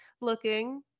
looking